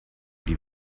die